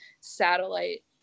satellite